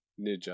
ninja